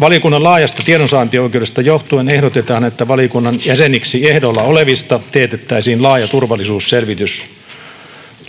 Valiokunnan laajasta tiedonsaantioikeudesta johtuen ehdotetaan, että valiokunnan jäseniksi ehdolla olevista teetettäisiin laaja turvallisuusselvitys.